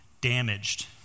damaged